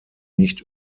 nicht